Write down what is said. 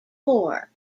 four